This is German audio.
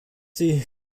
die